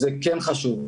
כן חשוב,